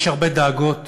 יש הרבה דאגות